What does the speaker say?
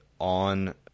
on